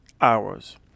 hours